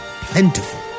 plentiful